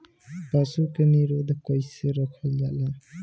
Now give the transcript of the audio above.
पशु के निरोग कईसे रखल जाला?